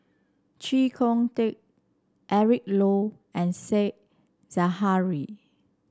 Chee Kong Tet Eric Low and Said Zahari